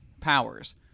powers